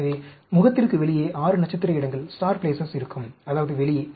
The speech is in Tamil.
எனவே முகத்திற்கு வெளியே 6 நட்சத்திர இடங்கள் இருக்கும் அதாவது வெளியே